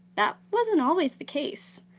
that wasn't always the case.